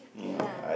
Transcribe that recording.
okay lah